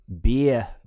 Beer